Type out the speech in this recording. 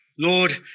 Lord